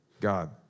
God